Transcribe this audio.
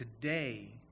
Today